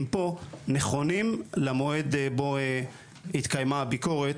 פה נכונים למועד בו התקיימה הביקורת,